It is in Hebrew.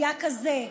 היה כזה: